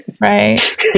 Right